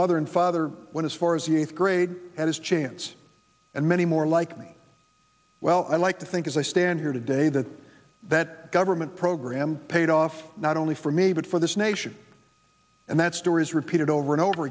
mother and father went as far as e f grade had his chance and many more like me well i'd like to think as i stand here today that that government program paid off not only for me but for this nation and that story is repeated over and over